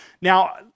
Now